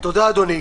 תודה, אדוני.